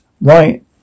right